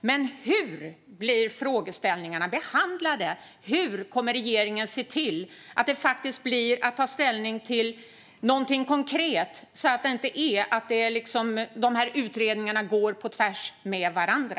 Men hur blir frågeställningarna behandlade? Hur kommer regeringen att se till att det faktiskt blir någonting konkret att ta ställning till så att de här utredningarna inte går på tvärs mot varandra?